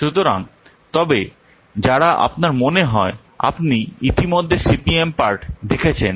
সুতরাং তবে যারা আমার মনে হয় আপনি ইতিমধ্যে সিপিএম পার্ট দেখেছেন